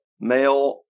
male